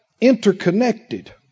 interconnected